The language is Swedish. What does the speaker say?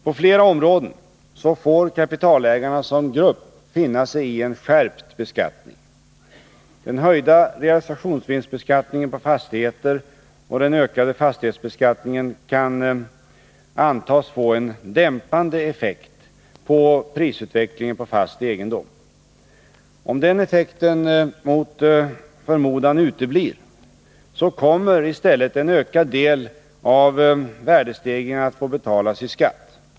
På flera områden får kapitalägarna som grupp finna sig i en skärpt beskattning. Den höjda realisationsvinstbeskattningen på fastigheter och den ökade fastighetsbeskattningen kan antas få en dämpande effekt på prisutvecklingen på fast egendom. Om den effekten mot förmodan uteblir, så kommer i stället en ökad del av värdestegringen att få betalas i skatt.